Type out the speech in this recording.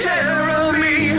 Jeremy